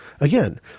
Again